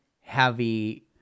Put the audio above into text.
heavy